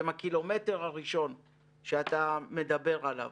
שהם הקילומטר הראשון שאתה מדבר עליו.